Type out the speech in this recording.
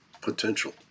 potential